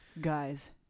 guys